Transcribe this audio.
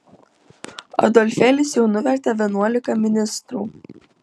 adolfėlis jau nuvertė vienuolika ministrų